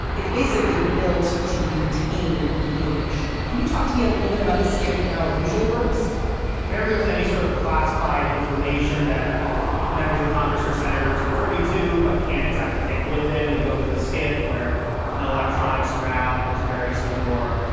it's basically built to contain information. can you talk to me a little bit about the skiff and how it usually works whenever there's any sort of classified information that members of congress or senators are privy to but can't exactly take with them they go to the skiff where there's no electronics around it's very secure.